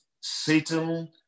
Satan